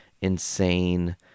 insane